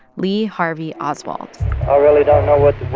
lee harvey oswald i really don't know what